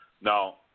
Now